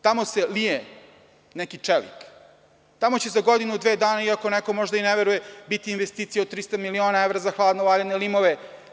Tamo se lije neki čelik, tamo će za godinu, dve dana, iako neko možda ne veruje, biti investicije od 300 miliona evra za hladno valjane limove.